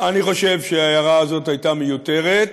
אני חושב שההערה הזאת הייתה מיותרת.